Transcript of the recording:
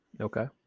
Okay